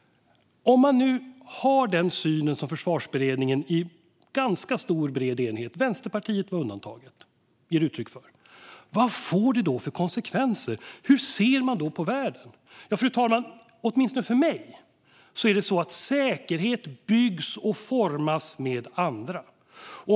Om man nu har den syn som Försvarsberedningen i ganska stor enighet, undantaget Vänsterpartiet, ger uttryck för - vad får det för konsekvenser? Hur ser man på världen? Åtminstone för mig är det så att säkerhet byggs och formas med andra, fru talman.